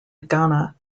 ghana